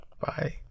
Bye